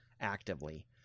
actively